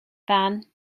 van